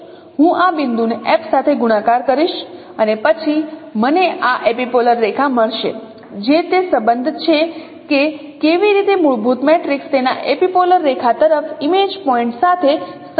હું આ બિંદુને F સાથે ગુણાકાર કરીશ અને પછી મને આ એપિપોલર રેખા મળશે જે તે સંબંધ છે કે કેવી રીતે મૂળભૂત મેટ્રિક્સ તેના એપિપોલર રેખા તરફના ઇમેજ પોઇન્ટ સાથે સંબંધિત છે